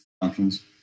functions